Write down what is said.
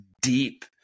deep